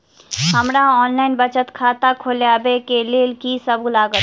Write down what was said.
हमरा ऑनलाइन बचत खाता खोलाबै केँ लेल की सब लागत?